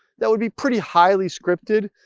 that would be pretty highly scripted.